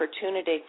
opportunity